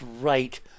right